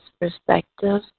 perspective